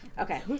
Okay